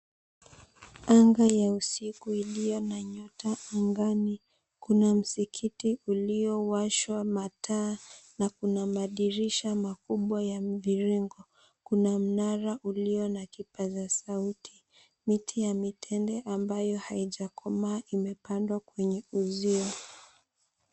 Anga ya usiku iliyo na nyota angani. Kuna msikiti uliowashwa mataa na kuna madirisha makubwa ya mviringo. Kuna mnara ulio na kipaza sauti. Miti ya mitende ambayo haijakomaa imepandwa kwenye uzio.